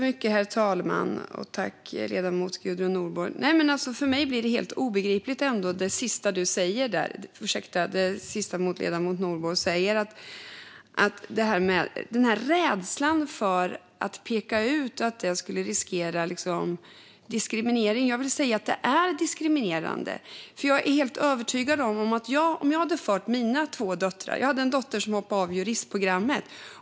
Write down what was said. Herr talman! Tack, ledamoten Gudrun Nordborg! För mig blir det sista ledamoten Nordborg säger helt obegripligt, att rädslan för att peka ut skulle riskera diskriminering. Jag vill säga att det är diskriminerande. Jag har en dotter som hoppade av juristprogrammet.